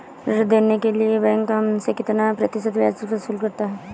ऋण देने के लिए बैंक हमसे कितना प्रतिशत ब्याज वसूल करता है?